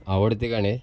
आवडते गाणे